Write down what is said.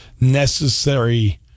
necessary